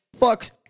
fucks